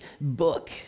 book